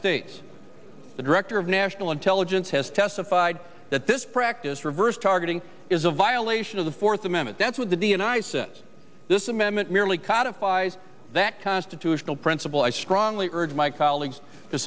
states the director of national intelligence has testified that this practice reversed targeting is a violation of the fourth amendment that's what the d n i says this amendment merely codified that constitutional principle i strongly urge my colleagues to